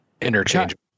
interchangeable